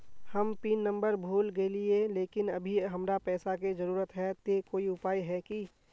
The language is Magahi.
हम पिन नंबर भूल गेलिये लेकिन अभी हमरा पैसा के जरुरत है ते कोई उपाय है की?